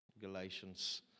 Galatians